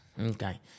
Okay